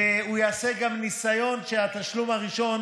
והוא יעשה גם ניסיון שהתשלום הראשון